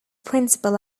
principle